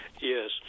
Yes